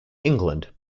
england